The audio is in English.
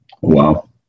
Wow